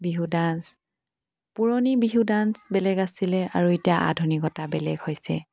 Bihu dance পুৰণি Bihu dance বেলেগ আছিলে আৰু এতিয়া আধুনিকতা বেলেগ হৈছ